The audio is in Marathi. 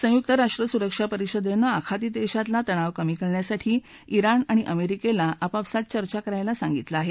संयुक्त राष्ट्र सुरक्षा परिषदेने आखाती देशातला तणाव कमी करण्यासाठी जिण आणि अमेरिकेला आपापसात चर्चा करायला सांगितलं आहे